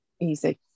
easy